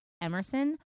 Emerson